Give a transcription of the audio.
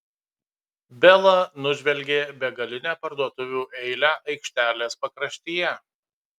bela nužvelgė begalinę parduotuvių eilę aikštelės pakraštyje